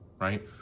right